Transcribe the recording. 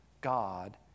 God